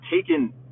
taken